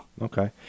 Okay